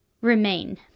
Remain